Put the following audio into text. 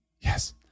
Yes